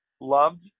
loved